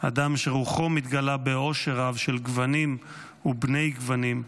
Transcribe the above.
אדם שרוחו מתגלה בעושר רב של גוונים ובני גוונים,